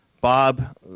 Bob